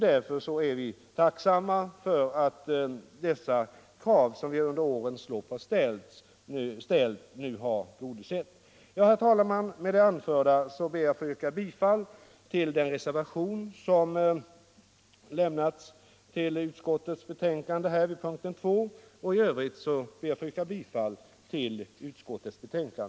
Därför är vi tacksamma för att de krav som vi under årens lopp ställt nu har tillgodosetts. Herr talman! Med det anförda ber jag att få yrka bifall till den reservation som fogats till utskottets betänkande vid punkten 2 och i övrigt till utskottets hemställan.